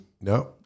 No